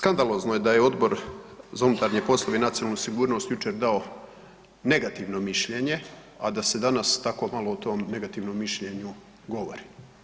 Skandalozno je da je Odbor za unutarnje poslove i nacionalnu sigurnost jučer dao negativno mišljenje, a da se danas tako malo o tom negativnom mišljenju govori.